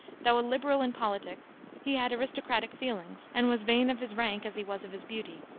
though a liberal in politics he had aristocratic feelings, and was vain of his rank as he was of his beauty.